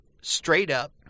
straight-up